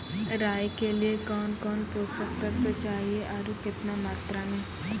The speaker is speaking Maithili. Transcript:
राई के लिए कौन कौन पोसक तत्व चाहिए आरु केतना मात्रा मे?